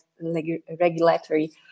Regulatory